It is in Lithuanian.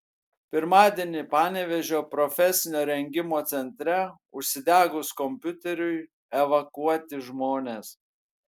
pirmadienį panevėžio profesinio rengimo centre užsidegus kompiuteriui evakuoti žmonės